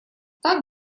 так